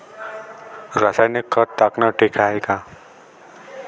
रासायनिक खत टाकनं ठीक हाये का?